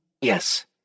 Yes